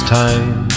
time